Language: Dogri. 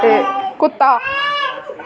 कुत्ता